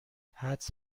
حدس